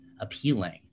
appealing